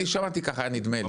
אני שמעתי כך, היה נדמה לי.